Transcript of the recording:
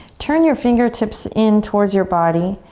turn your fingertips in towards your body,